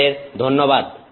তোমাদের ধন্যবাদ